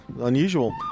Unusual